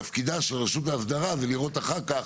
תפקיד רשות האסדרה הוא לראות אחר כך